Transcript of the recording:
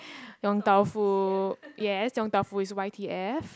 Yong-Tau-Foo yes Yong-Tau-Foo is y_t_f